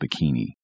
bikini